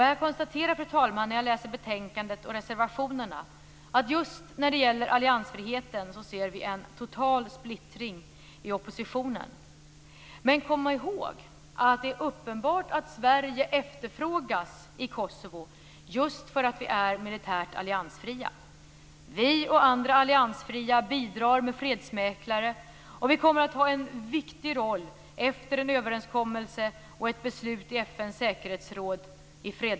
Jag konstaterar, fru talman, när jag läser betänkandet och reservationerna att just när det gäller alliansfriheten ser vi en total splittring i oppositionen. Man skall komma ihåg att det är uppenbart att Sverige efterfrågas i Kosovo just för att vi är militärt alliansfria. Vi och andra alliansfria stater bidrar med fredsmäklare, och vi kommer att ha en viktig roll i fredsstyrkorna efter en överenskommelse och ett beslut i FN:s säkerhetsråd.